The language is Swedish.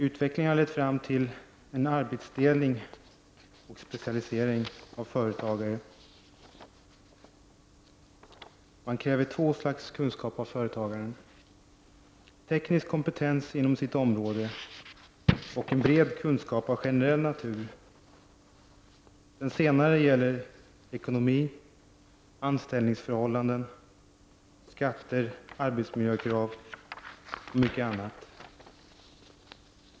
Utvecklingen har lett fram till en arbetsdelning och en specialisering i fråga om företagarna. Man kräver två slags kunskap av företagaren: teknisk kompetens inom hans område och en bred kunskap av generell natur. Den senare gäller ekonomi, anställningsförhållanden, skatter, arbetsmiljökrav och mycket annat.